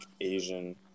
Asian